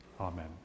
Amen